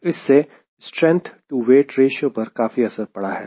इससे strength to weight ratio पर काफी असर पड़ा है